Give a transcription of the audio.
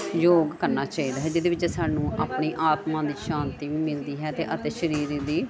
ਯੋਗ ਕਰਨਾ ਚਾਹੀਦਾ ਹੈ ਜਿਹਦੇ ਵਿੱਚ ਸਾਨੂੰ ਆਪਣੀ ਆਤਮਾ ਦੀ ਸ਼ਾਂਤੀ ਵੀ ਮਿਲਦੀ ਹੈ ਅਤੇ ਅਤੇ ਸਰੀਰ ਦੀ